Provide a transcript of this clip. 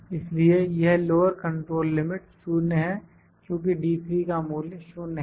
इसलिए यह lower control limit 0 है क्योंकि का मूल्य 0 है